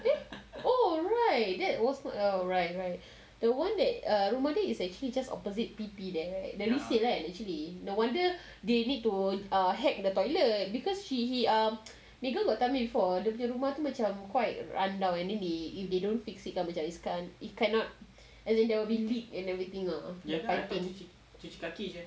then oh right that was not your right the one that err rumah dia is actually just opposite B P there right the resale kan actually no wonder they need to err hack the toilet because she um megan got tell me before the dia punya rumah tu macam quite rundown and then if they don't fix it kan macam is cannot as in there will be leak and everything lah